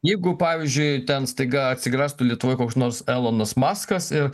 jeigu pavyzdžiui ten staiga atsigrastų lietuvoj koks nors elonas maskas ir